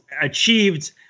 achieved